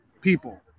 people